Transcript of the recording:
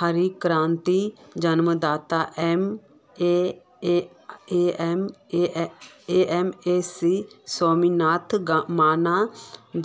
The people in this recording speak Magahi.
हरित क्रांतिर जन्मदाता एम.एस स्वामीनाथनक माना